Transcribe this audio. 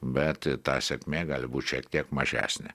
bet ta sėkmė gali būt šiek tiek mažesnė